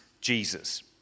Jesus